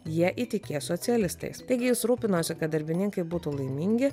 jie įtikės socialistais taigi jis rūpinosi kad darbininkai būtų laimingi